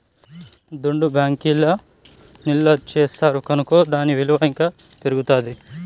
దుడ్డు బ్యాంకీల్ల నిల్వ చేస్తారు కనుకో దాని ఇలువ ఇంకా పెరుగుతాది